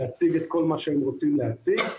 להציג כל מה שהם רוצים להציג,